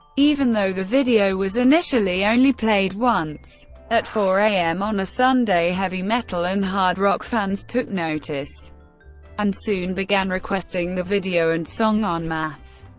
even though the video was initially only played once at four a m. on a sunday, heavy metal and hard rock fans took notice and soon began requesting the video and song en masse.